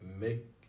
make